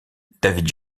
david